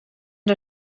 der